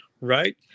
right